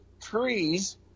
trees